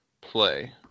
play